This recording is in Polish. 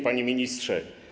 Panie Ministrze!